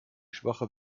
schwache